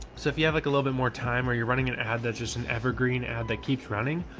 so if you have like a little bit more time or you're running an ad that's just an evergreen ad that keeps running,